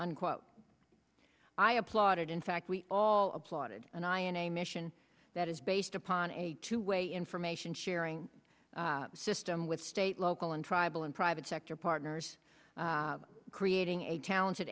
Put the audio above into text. unquote i applaud it in fact we all applauded and i in a mission that is based upon a two way information sharing system with state local and tribal and private sector partners creating a talented